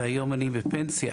והיום אני בפנסיה.